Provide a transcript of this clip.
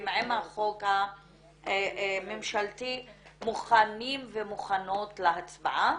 עם החוק הממשלתי מוכנים ומוכנות להצבעה.